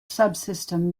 subsystem